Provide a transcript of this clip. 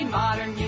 modern